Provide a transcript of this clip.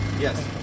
Yes